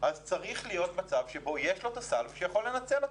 אז צריך להיות מצב שיש לו הסל שהוא יכול לנצל.